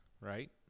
right